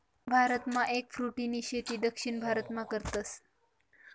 भारतमा एगफ्रूटनी शेती दक्षिण भारतमा करतस